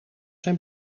zijn